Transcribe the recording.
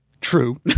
True